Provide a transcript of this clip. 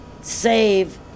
save